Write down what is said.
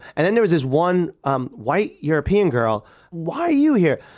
and then there was this one um white european girl why are you here?